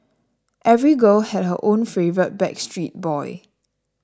every girl had her own favourite Backstreet Boy